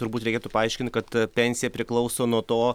turbūt reikėtų paaiškint kad pensija priklauso nuo to